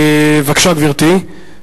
בבקשה, גברתי.